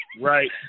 right